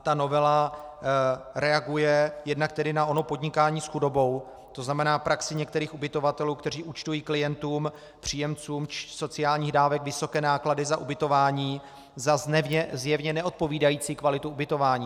Ta novela reaguje jednak tedy na ono podnikání s chudobou, to znamená praxí některých ubytovatelů, kteří účtují klientům příjemcům sociálních dávek vysoké náklady za ubytování za zjevně neodpovídající kvalitu ubytování.